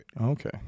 Okay